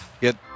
get